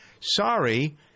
Sorry